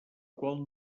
qual